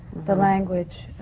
the language.